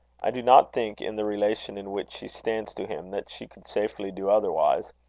i do not think, in the relation in which she stands to him, that she could safely do otherwise.